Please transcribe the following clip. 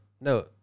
No